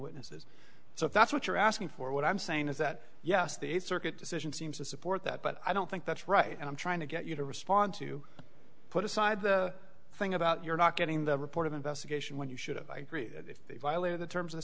witnesses so if that's what you're asking for what i'm saying is that yes the eighth circuit decision seems to support that but i don't think that's right i'm trying to get you to respond to put aside the thing about you're not getting the report of investigation when you should have if they violated the terms of